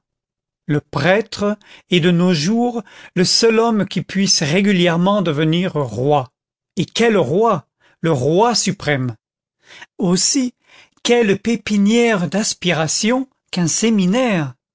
le prêtre est de nos jours le seul homme qui puisse régulièrement devenir roi et quel roi le roi suprême aussi quelle pépinière d'aspirations qu'un séminaire